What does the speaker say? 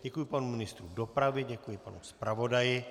Děkuji panu ministru dopravy, děkuji panu zpravodaji.